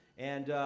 and,